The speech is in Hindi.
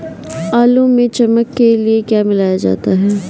आलू में चमक के लिए क्या मिलाया जाता है?